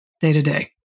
day-to-day